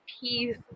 peace